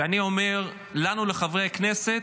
ואני אומר: לנו, לחברי הכנסת,